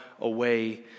away